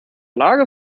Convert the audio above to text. lage